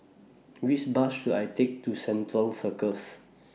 Which Bus should I Take to Central Circus